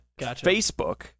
Facebook